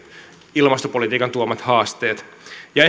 ilmastopolitiikan tuomat haasteet ja